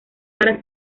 para